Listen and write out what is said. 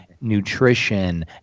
nutrition